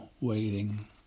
waiting